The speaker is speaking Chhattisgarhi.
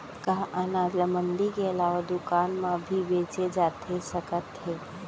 का अनाज ल मंडी के अलावा दुकान म भी बेचे जाथे सकत हे?